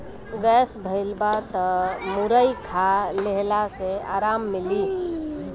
gas भइल बा तअ मुरई खा लेहला से आराम मिली